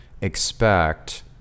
expect